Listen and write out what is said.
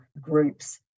groups